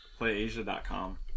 PlayAsia.com